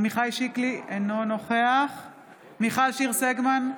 עמיחי שיקלי, אינו נוכח מיכל שיר סגמן,